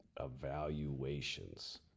Evaluations